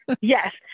yes